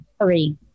three